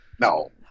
no